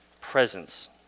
presence